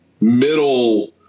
middle